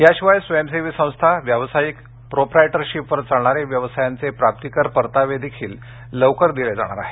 याशिवाय स्वयंसेवी संस्था व्यावसायिक प्रोप्रायटरशिपवर चालणारे व्यवसायांचे प्राप्तीकर परतावेही लवकर दिले जाणार आहेत